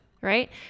Right